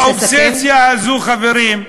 האובססיה הזאת, חברים.